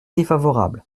défavorable